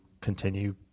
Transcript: continue